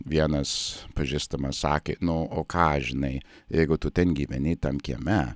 vienas pažįstamas sakė nu o ką žinai jeigu tu ten gyveni tam kieme